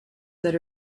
that